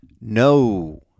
No